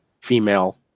female